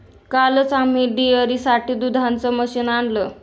कालच आम्ही डेअरीसाठी दुधाचं मशीन आणलं